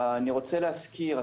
אני רוצה להזכיר,